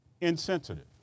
insensitive